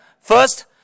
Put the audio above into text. First